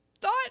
thought